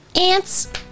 Ants